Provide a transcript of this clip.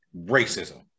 racism